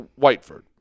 Whiteford